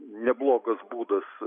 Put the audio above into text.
neblogas būdas